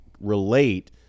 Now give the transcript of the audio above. relate